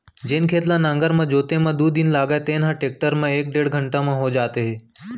जेन खेत ल नांगर म जोते म दू दिन लागय तेन ह टेक्टर म एक डेढ़ घंटा म हो जात हे